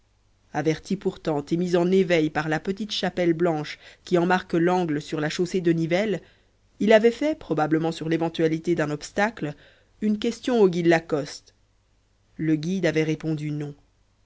averti pourtant et mis en éveil par la petite chapelle blanche qui en marque l'angle sur la chaussée de nivelles il avait fait probablement sur l'éventualité d'un obstacle une question au guide lacoste le guide avait répondu non